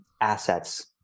assets